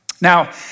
Now